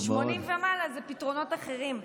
ול-80 ומעלה זה פתרונות אחרים.